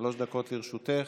שלוש דקות לרשותך.